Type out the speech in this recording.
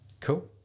Cool